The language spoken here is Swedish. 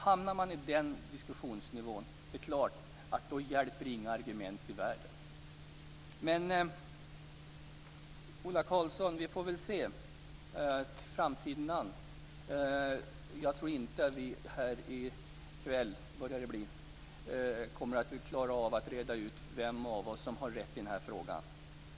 Hamnar man på den diskussionsnivån är det inga argument i världen som hjälper. Men, Ola Karlsson, vi får väl se framtiden an. Jag tror inte att vi här i kväll kommer att klara av att reda ut vem av oss som har rätt i denna fråga.